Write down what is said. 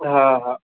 हा हा